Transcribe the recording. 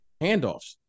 handoffs